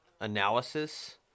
analysis